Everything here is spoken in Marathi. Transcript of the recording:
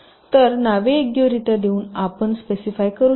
तर नावे योग्यरित्या देऊन आपण स्पेसिफाय करु शकता